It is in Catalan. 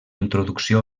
introducció